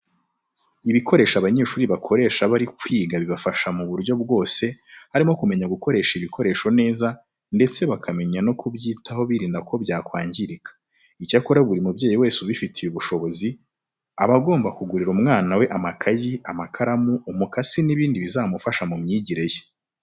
Ibikoresho abanyeshuri bakoresha bari kwiga bibafasha mu buryo bwose harimo kumenya gukoresha ibikoresho neza ndetse bakamenya no kubyitaho birinda ko byakwangirika. Icyakora buri mubyeyi wese ubifitiye ubushobozi aba agomba kugurira umwana we amakayi, amakaramu, umukasi n'ibindi bizamufasha mu myigire ye.